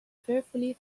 fearfully